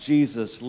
Jesus